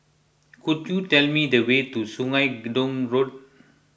could you tell me the way to Sungei Gedong Road